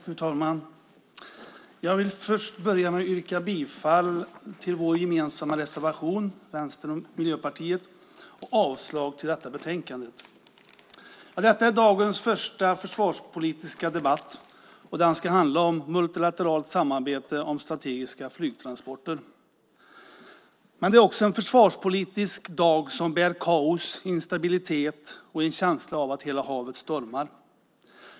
Fru talman! Jag vill börja med att yrka bifall till vår gemensamma reservation med Vänstern och Miljöpartiet och avslag på förslaget i betänkandet. Detta är dagens första försvarspolitiska debatt, och den ska handla om multilateralt samarbete om strategiska flygtransporter. Men i dag är det också en dag som försvarspolitiskt sett bär kaos, instabilitet och en känsla av att hela havet stormar.